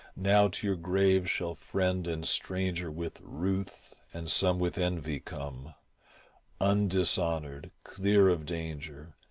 now to your grave shall friend and stranger with ruth and some with envy come undishonoured, clear of danger,